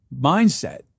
mindset